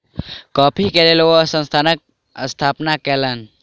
coffee के लेल ओ संस्थानक स्थापना कयलैन